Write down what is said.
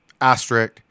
asterisk